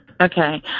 okay